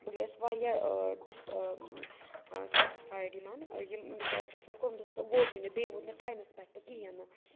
بہٕ گٔیَس واریاہ ڈِس سٮ۪ٹٕسفایڈ یِمَن یِم کیٛازِکہِ یُس مےٚ کوٚرمُت اوس سُہ ووتُے نہٕ بیٚیہِ ووت نہٕ ٹایمَس پٮ۪ٹھ تہٕ کِہیٖنۍ نہٕ